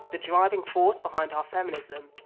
the driving force behind our feminism,